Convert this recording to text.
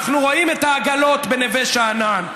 אנחנו רואים את העגלות בנווה שאנן.